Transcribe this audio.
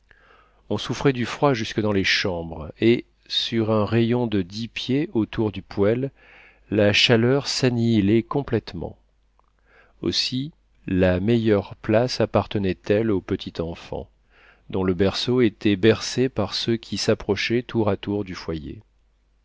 on souffrait du froid jusque dans les chambres et sur un rayon de dix pieds autour du poêle la chaleur s'annihilait complètement aussi la meilleure place appartenait elle au petit enfant dont le berceau était bercé par ceux qui s'approchaient tour à tour du foyer